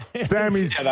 Sammy's